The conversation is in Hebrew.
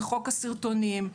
וחוק הסרטונים,